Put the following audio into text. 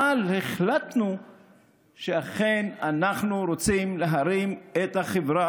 אבל החלטנו שאכן אנחנו רוצים להרים את החברה